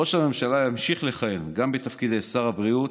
ראש הממשלה ימשיך לכהן גם בתפקידי שר הבריאות,